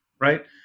Right